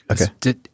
Okay